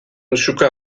musuka